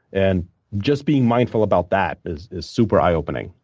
and just being mindful about that is is super eye opening.